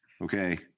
Okay